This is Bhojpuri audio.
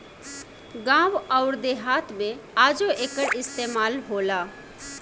गावं अउर देहात मे आजो एकर इस्तमाल होला